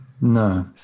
No